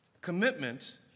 Commitment